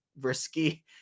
risky